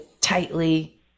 tightly